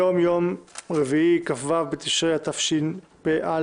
היום יום רביעי כ"ו תשרי התשפ"א,